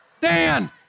Dan